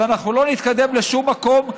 אז אנחנו לא נתקדם לשום מקום,